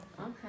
Okay